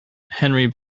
henry